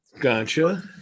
gotcha